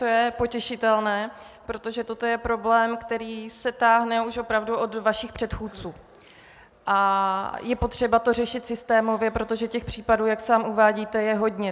To je potěšitelné, protože toto je problém, který se táhne opravdu už od vašich předchůdců, a je potřeba to řešit systémově, protože případů, jak sám uvádíte, je hodně.